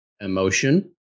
emotion